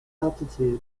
altitude